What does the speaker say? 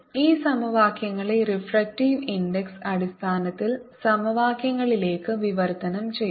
ഈ സമവാക്യങ്ങളെ refractive index അടിസ്ഥാനത്തിൽ സമവാക്യങ്ങളിലേക്ക് വിവർത്തനം ചെയ്യാം